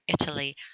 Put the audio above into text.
Italy